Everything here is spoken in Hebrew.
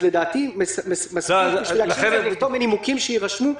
לדעתי מספיק לכתוב "מנימוקים שיירשמו".